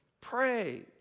Pray